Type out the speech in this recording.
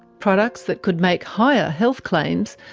products that could make higher health claims,